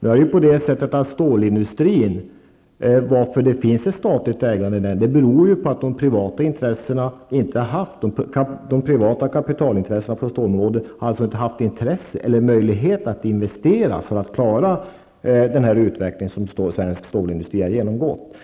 Att det finns ett statligt ägande i stålindustrin beror ju på att de privata kapitalintressena på stålområdet inte har haft intresse eller möjlighet att investera för att klara den utveckling som svensk stålindustri har genomgått.